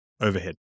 overhead